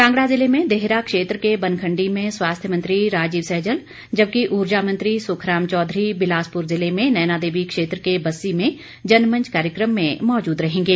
कांगड़ा ज़िले में देहरा क्षेत्र के बनखंडी में स्वास्थ्य मंत्री राजीव सैजल जबकि ऊर्जा मंत्री सुखराम चौधरी बिलासपुर जिले में नैनादेवी क्षेत्र के बस्सी में जनमंच कार्यक्रम में मौजूद रहेंगे